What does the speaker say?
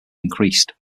increased